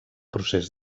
procés